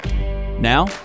Now